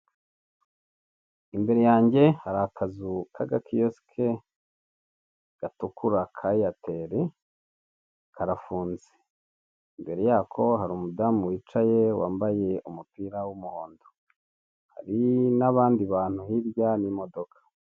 Imbere yanjye hari akazu k'agakiyosike gatukura ka Airtel karafunze, imbere yako hari umudamu wicaye wambaye umupira w'umuhondo, hari n'abandi bantu hirya n'imodoka.